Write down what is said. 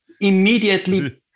immediately